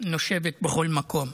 נושבת בכל מקום.